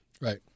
Right